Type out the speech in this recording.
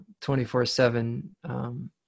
24/7